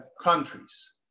countries